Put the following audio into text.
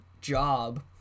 job